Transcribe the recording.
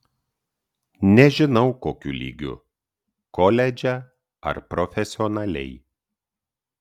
nežinau kokiu lygiu koledže ar profesionaliai